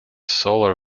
solar